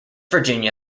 virginia